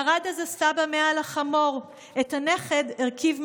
// ירד אז הסבא, מעל החמור, את הנכד הרכיב,